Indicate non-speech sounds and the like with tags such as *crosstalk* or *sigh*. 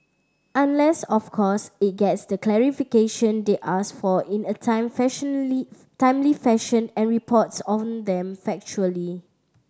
unless of course it gets the clarification they ask for in a time fashion *unintelligible* timely fashion and reports on them factually